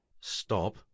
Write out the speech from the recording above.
Stop